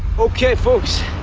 okay, folks,